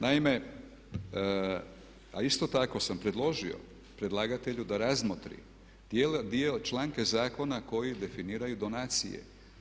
Naime, a isto tako sam predložio predlagatelju da razmotri dio članka zakona koji definiraju donacije.